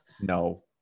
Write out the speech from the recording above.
No